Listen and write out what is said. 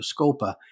Scopa